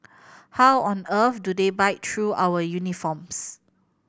how on earth do they bite through our uniforms